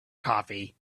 coffee